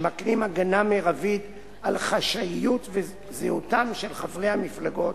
שמקנים הגנה מרבית על חשאיות זהותם של חברי המפלגות,